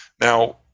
Now